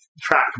track